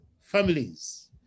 families